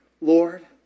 Lord